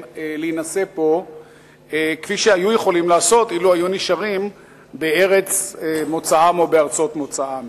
להינשא פה כפי שהיו יכולים לעשות אילו נשארו בארץ מוצאם או בארצות מוצאם.